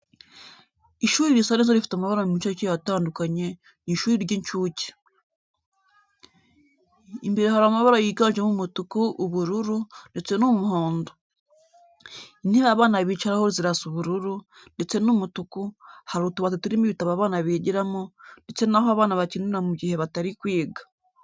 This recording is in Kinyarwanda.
Ishuri risa neza rifite amabara menshi akeye atandukanye, ni ishuri ry'incuke. Imbere hari amabara yiganjemo umutuku, ubururu, ndetse n'umuhondo. Intebe abana bicaraho zirasa ubururu, ndetse n'umutuku, Hari utubati turimo ibitabo abana bigiramo, ndetse naho abana bakinira mu gihe batari kwiga.